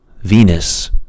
Venus